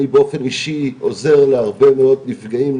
אני באופן אישי עוזר להרבה מאוד נפגעים,